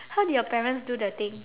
how did your parents do the thing